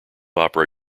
opera